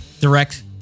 direct